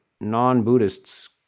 non-Buddhists